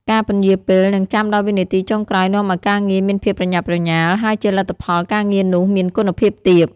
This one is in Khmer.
ការពន្យារពេល និងចាំំដល់វិនាទីចុងក្រោយនាំឱ្យការងារមានភាពប្រញាប់ប្រញាល់ ហើយជាលទ្ធផលការងារនោះមានគុណភាពទាប។